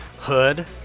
hood